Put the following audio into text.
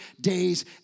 days